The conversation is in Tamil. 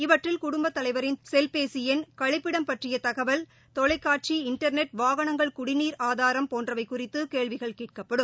இவற்றில் குடும்பத் தலைவரின் செல்பேசி எண் கழிப்பிடம் பற்றிய தகவல் தொலைக்காட்சி இன்டர்நெட் வாகனங்கள் குடிநீர் ஆதாரம் போன்றவை குறித்து கேள்விகள் கேட்கப்படும்